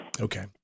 Okay